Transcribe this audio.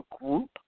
group